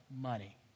money